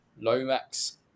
Lomax